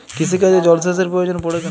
কৃষিকাজে জলসেচের প্রয়োজন পড়ে কেন?